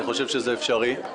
אני חושב שזה אפשרי.